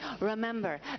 Remember